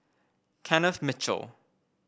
Kenneth Mitchell